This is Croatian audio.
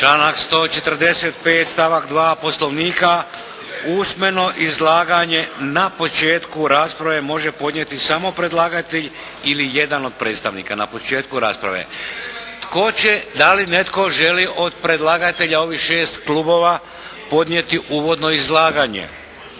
Članak 145. stavak 2. Poslovnika usmeno izlaganje na početku rasprave može podnijeti samo predlagatelj ili jedan od predstavnika, na početku rasprave. Tko će, da li netko želi od predlagatelja ovih 6 klubova podnijeti uvodno izlaganje?